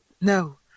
No